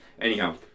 Anyhow